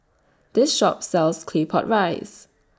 This Shop sells Claypot Rice